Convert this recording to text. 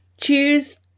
Choose